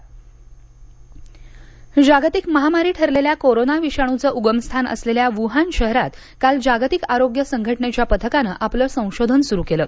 वहान जागतिक महामारी ठरलेल्या करोना विषाणूचं उगमस्थान असलेल्या वुहान शहरात काल जागतिक आरोग्य संघटनेच्या पथकानं आपलं संशोधन सुरू केलं